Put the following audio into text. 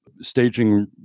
staging